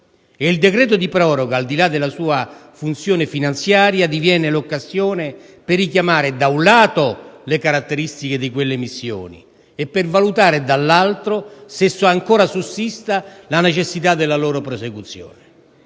E il decreto di proroga, al di là della sua funzione finanziaria, diviene l'occasione per richiamare, da un lato, le caratteristiche di quelle missioni e per valutare dall'altro, se ancora sussista la necessità della loro prosecuzione.